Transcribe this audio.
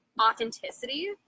authenticity